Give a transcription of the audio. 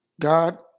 God